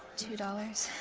two dollars.